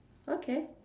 okay